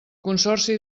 consorci